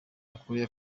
ukuriye